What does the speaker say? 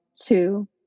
two